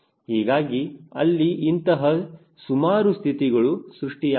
ಹೀಗಾಗಿ ಅಲ್ಲಿ ಇಂತಹ ಸುಮಾರು ಸ್ಥಿತಿಗಳು ಸೃಷ್ಟಿಯಾಗುತ್ತದೆ